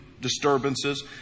disturbances